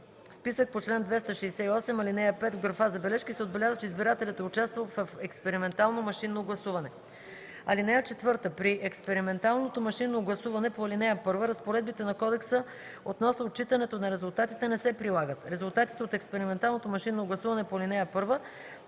списък по чл. 268, ал. 5 в графа „Забележки” се отбелязва, че избирателят е участвал в експериментално машинно гласуване. (4) При експерименталното машинно гласуване по ал. 1 разпоредбите на кодекса относно отчитането на резултатите не се прилагат. Резултатите от експерименталното машинно гласуване по ал. 1